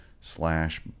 slash